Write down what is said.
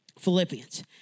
Philippians